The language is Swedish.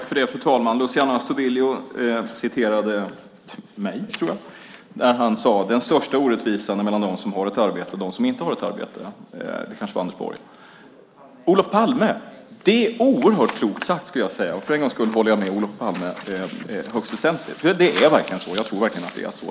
Fru talman! Luciano Astudillo citerade mig, tror jag, när han sade att den största orättvisan är mellan dem som har ett arbete och de som inte har ett arbete. Kanske var det Anders Borg som sade det. : Det var Olof Palme.) Olof Palme? Det är oerhört klokt sagt, skulle jag vilja säga. För en gångs skull håller jag med Olof Palme, i högsta grad. Jag tror verkligen att det är så.